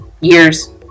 years